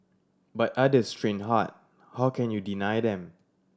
but others train hard how can you deny them